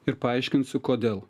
ir paaiškinsiu kodėl